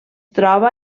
troba